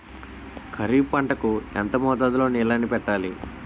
ఖరిఫ్ పంట కు ఎంత మోతాదులో నీళ్ళని పెట్టాలి?